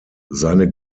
seine